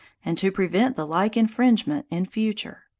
and to prevent the like infringement in future.